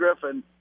griffin